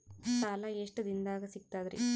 ಸಾಲಾ ಎಷ್ಟ ದಿಂನದಾಗ ಸಿಗ್ತದ್ರಿ?